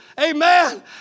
amen